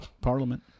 Parliament